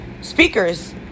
speakers